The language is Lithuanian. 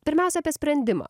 pirmiausia apie sprendimą